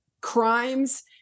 crimes